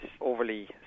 overly